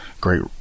great